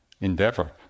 endeavor